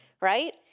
right